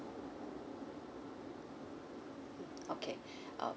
okay uh